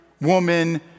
woman